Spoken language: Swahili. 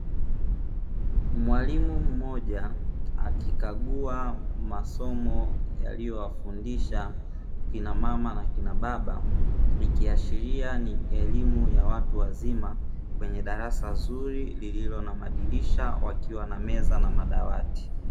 Mwalimu mmoja akikagua masomo aliyowafundisha kina mama na kina baba, ikiashiria ni elimu ya watu wazima kwenye darasa zuri lililo na madirisha, wakiwa na meza na madawati.